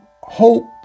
hope